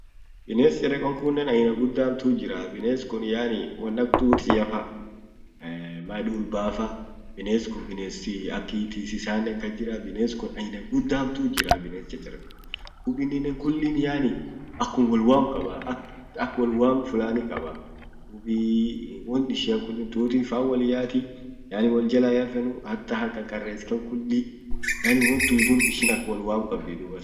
Bines charekon kunen aina guda hamtu jiraa. bines kun yani won ak tutiafa dulbafaa. bines kun binesi aki tisisanen kasjira. bines kun aina guda hamtu jiraa. bines chachareko. dub ininen kullin yani aku wol wam qabaa ak wol wam flani qabaa. dubii won ishian kulli tutin fan wol yati yani woljala hiafanu hataa hankakares kan kulli yani won tuutu ishin ak wol wamt qabdi dubatan.